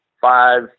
five